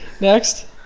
Next